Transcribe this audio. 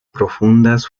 profundas